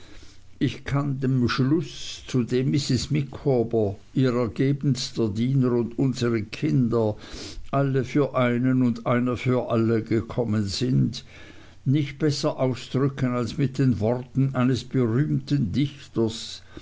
ich kann den beschluß zu dem mrs micawber ihr ergebenster diener und unsere kinder alle für einen und einer für alle gekommen sind nicht besser ausdrücken als mit den worten eines berühmten dichters